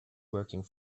working